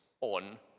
on